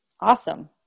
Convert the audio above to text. Awesome